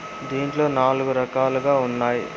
దీంట్లో నాలుగు రకాలుగా ఉన్నాయి